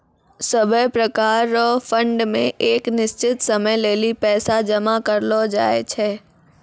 सभै प्रकार रो फंड मे एक निश्चित समय लेली पैसा जमा करलो जाय छै